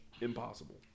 impossible